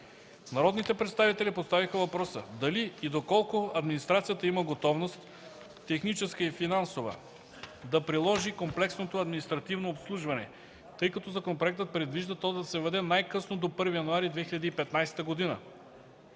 Народните представители поставиха въпроса дали и доколко администрацията има готовност – техническа и финансова, да приложи комплексното административно обслужване, тъй като законопроектът предвижда то да се въведе най-късно до 1 януари 2015 г.